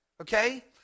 okay